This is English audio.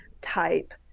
type